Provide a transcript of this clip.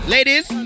Ladies